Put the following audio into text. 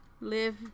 live